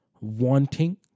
wanting